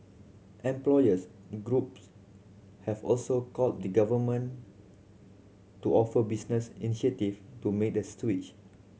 employers groups have also called the Government to offer business incentive to made the switch